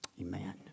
amen